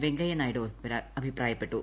വെങ്കയ്യനായിഡു അഭിപ്രായപ്പെട്ടു